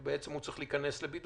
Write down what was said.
זה אומר שבעצם הוא צריך להיכנס לבידוד.